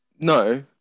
No